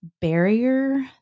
barrier